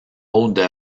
autres